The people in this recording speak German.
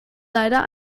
leider